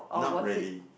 not really